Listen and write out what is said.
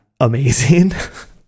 amazing